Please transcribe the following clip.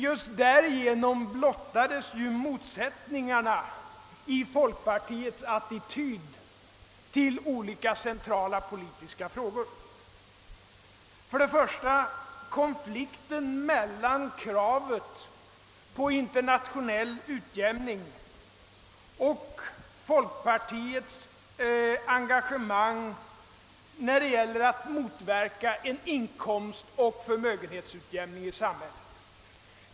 Just därigenom blottades ju motsättningarna i folkpartiets attityd till olika centrala politiska frågor. Jag tänker för det första på konflikten mellan kravet på internationell utjämning och folkpartiets engagemang när det gäller att motverka en inkomstoch förmögenhetsutjämning i det svenska samhället.